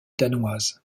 danoise